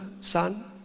son